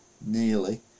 Nearly